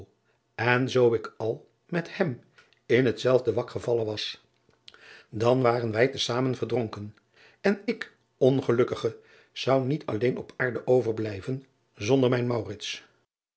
n zoo ik al met hem in hetzelfde wak gevallen was dan waren wij te zamen verdronken en ik ongelukkige zou niet alleen op aarde overblijven zonder mijn